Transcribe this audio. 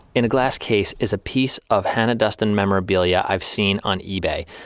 in a glass case is a piece of hannah duston memorabilia i've seen on ebay.